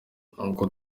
uko